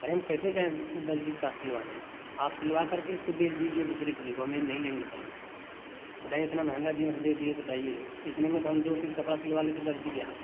अरे हम कैसे जाएँ दर्ज़ी के पास सिलवाने आप सिलवा करके इसको बेच दीजिए दूसरे किसी को हम ये नहीं लेंगे पैंट बताइए इतना महँगा जींस दे दिये बताइए इतने में तो हम दो शीट कपड़ा सिलवा लेते दर्ज़ी के यहाँ